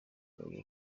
wayoboye